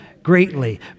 greatly